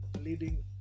leading